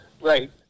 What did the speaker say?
right